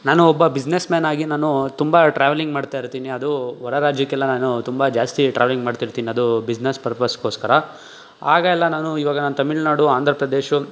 ನಾನು ಒಬ್ಬ ಬಿಸ್ನೆಸ್ ಮ್ಯಾನಾಗಿ ನಾನು ತುಂಬ ಟ್ರಾವೆಲಿಂಗ್ ಮಾಡ್ತಾಯಿರ್ತೀನಿ ಅದೂ ಹೊರ ರಾಜ್ಯಕ್ಕೆಲ್ಲ ನಾನು ತುಂಬ ಜಾಸ್ತಿ ಟ್ರಾವೆಲಿಂಗ್ ಮಾಡ್ತಿರ್ತೀನಿ ಅದೂ ಬಿಸ್ನೆಸ್ ಪರ್ಪಸ್ಗೋಸ್ಕರ ಆಗ ಎಲ್ಲ ನಾನು ಇವಾಗ ನಾನು ತಮಿಳ್ನಾಡು ಆಂಧ್ರ ಪ್ರದೇಶ್